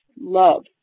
love